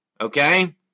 okay